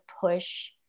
push